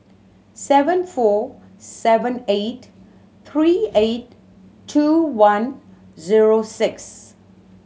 seven four seven eight three eight two one zero six